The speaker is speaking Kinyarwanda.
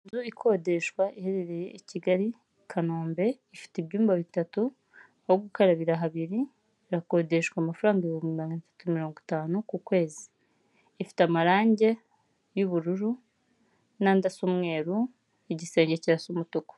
Inzu ikodeshwa iherereye i Kigali Kanombe, ifite ibyumba bitatu, aho gukarabira habiri irakodeshwa amafaranga ibihumbi magana atatu mirongo itanu ku kwezi, ifite amarangi y'ubururu n'andi asa umweru, igisenge kirasa umutuku.